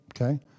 okay